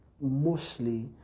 mostly